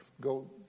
Go